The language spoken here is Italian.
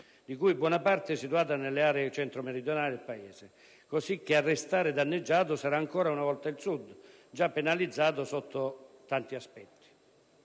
di cui buona parte situati nelle aree centro-meridionali del Paese, così che a restare danneggiato sarà ancora una volta il Sud, già penalizzato sotto tanti aspetti.